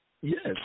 Yes